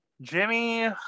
jimmy